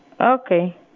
Okay